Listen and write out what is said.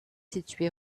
situé